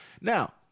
Now